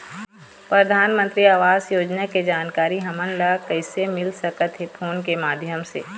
परधानमंतरी आवास योजना के जानकारी हमन ला कइसे मिल सकत हे, फोन के माध्यम से?